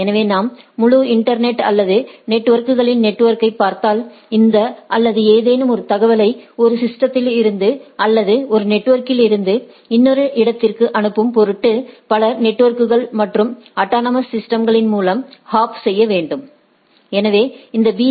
எனவே நாம் முழு இன்டர்நெட் அல்லது நெட்வொர்க்குகளின் நெட்வொர்க்கைப் பார்த்தால் இந்த அல்லது ஏதேனும் ஒரு தகவலை ஒரு சிஸ்டதிலிருந்து அல்லது ஒரு நெட்வொர்க்கிலிருந்து இன்னொரு இடத்திற்கு அனுப்பும் பொருட்டு பல நெட்வொர்க்குகள் மற்றும் அட்டானமஸ் சிஸ்டம்ஸ்களில் மூலம் ஹாப்செய்ய வேண்டும் எனவே இந்த பி